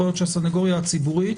יכול להיות שהסנגוריה הציבורית